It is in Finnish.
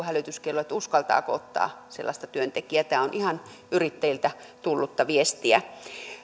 hälytyskello että uskaltaako ottaa sellaista työntekijää tämä on ihan yrittäjiltä tullutta viestiä